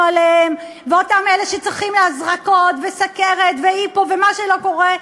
עליהם ואותם אלה שצריכים הזרקות וסוכרת והיפו ומה שלא קורה,